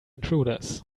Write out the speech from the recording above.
intruders